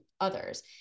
others